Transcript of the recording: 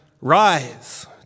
Rise